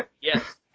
Yes